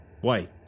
White